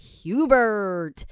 Hubert